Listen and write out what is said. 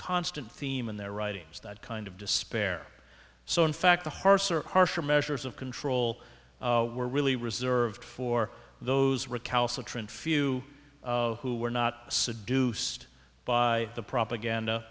constant theme in their writings that kind of despair so in fact the hearts are harsher measures of control were really reserved for those recalcitrant few who were not seduced by the propaganda